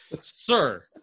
sir